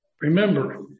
Remember